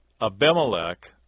Abimelech